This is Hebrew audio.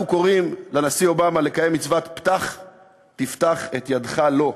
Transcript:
אנחנו קוראים לנשיא אובמה לקיים מצוות "פתח תפתח את ידך לו"